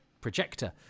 projector